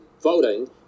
voting